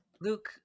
Luke